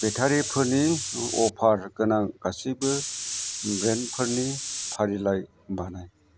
बेटारिफोरनि अफार गोनां गासैबो ब्रेन्डफोरनि फारिलाइ बानाय